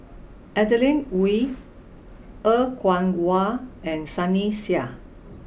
Adeline Ooi Er Kwong Wah and Sunny Sia